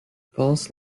false